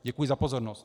Děkuji za pozornost.